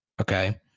okay